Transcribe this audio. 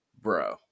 bro